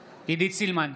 סילמן,